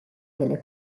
delle